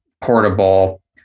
portable